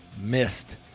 missed